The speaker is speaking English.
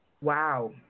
Wow